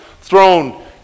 thrown